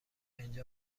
اینجا